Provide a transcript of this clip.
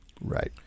Right